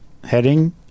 Heading